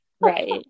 Right